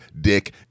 dick